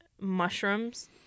mushrooms